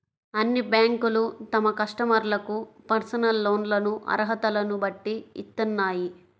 అన్ని బ్యేంకులూ తమ కస్టమర్లకు పర్సనల్ లోన్లను అర్హతలను బట్టి ఇత్తన్నాయి